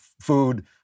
food